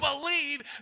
believe